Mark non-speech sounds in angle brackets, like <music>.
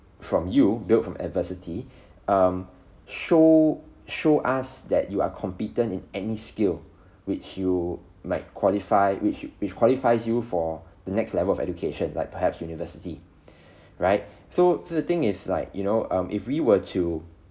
from you built from adversity <breath> um show show us that you are competent in any skill <breath> which you might qualify which which qualifies you for <breath> the next level of education like perhaps university <breath> right so so the thing is like you know um if we were to